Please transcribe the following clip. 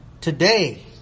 today